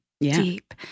deep